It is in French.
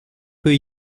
peu